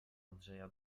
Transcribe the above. andrzeja